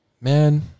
man